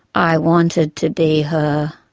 i wanted to be her.